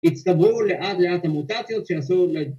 ‫הצטברו לאט לאט המוטציות ‫שעשו